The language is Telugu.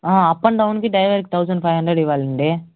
అప్ అండ్ డౌన్కి డ్రైవర్కి థౌసండ్ ఫైవ్ హండ్రడ్ ఇవ్వాలండి